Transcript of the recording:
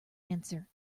answer